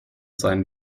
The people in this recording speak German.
sein